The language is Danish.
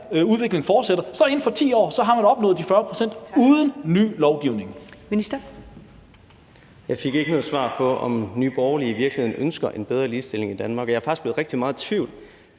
udvikling fortsætter, vil man inden for 10 år have opnået de 40 pct. uden ny lovgivning.